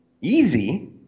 easy